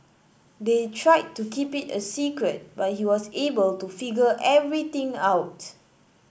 they tried to keep it a secret but he was able to figure everything out